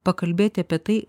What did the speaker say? pakalbėti apie tai